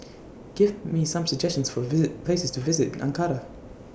Give Me Some suggestions For visit Places to visit in Ankara